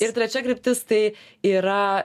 ir trečia kryptis tai yra